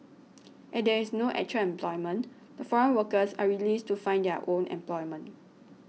at there is no actual employment the foreign workers are released to find their own employment